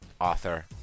author